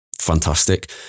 Fantastic